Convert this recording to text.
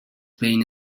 بین